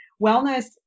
wellness